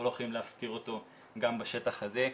לא יכולים להפקיר אותו גם בשטח הזה.